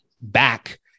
back